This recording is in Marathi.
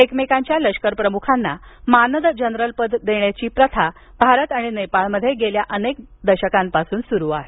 एकमेकांच्या लष्कर प्रमुखांना मानद जनरल पद देण्याची प्रथा भारत आणि नेपाळमध्ये गेल्या सात दशकांपासून सुरू आहे